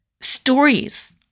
stories